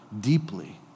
deeply